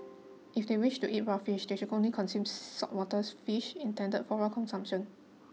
if they wish to eat raw fish they should only consume saltwater fish intended for raw consumption